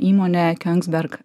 įmonė kiongzberg